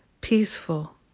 peaceful